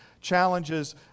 challenges